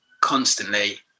constantly